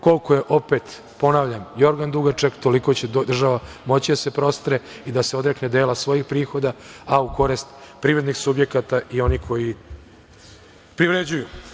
Koliko je, ponavljam, jorgan dugačak toliko će država moći da se prostre i da se odrekne dela svojih prihoda, a u korist privrednih subjekata i onih koji privređuju.